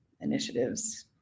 initiatives